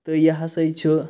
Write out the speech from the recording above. یہِ ہَساے چھُ